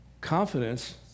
confidence